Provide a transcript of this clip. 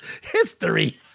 History